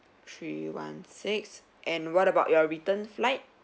three one six and what about your return flight